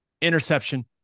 interception